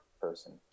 person